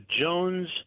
Jones